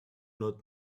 not